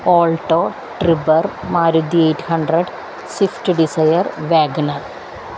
Alto Triber Maruti eight hundred Swift Dzire WagonR